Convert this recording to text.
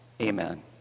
Amen